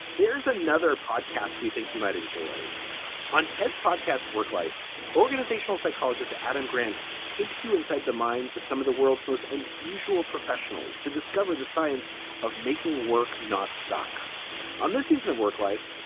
there's another podcast we think you might enjoy on ted's podcast, worklife organizational psychologist adam grant takes you inside the minds of some of the world's most unusual professionals to discover the science of making work, not suck on this season of work life.